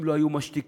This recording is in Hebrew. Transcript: אם לא היו משתיקים